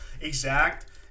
exact